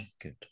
Good